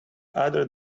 other